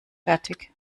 fertig